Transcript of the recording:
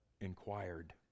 inquired